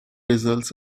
results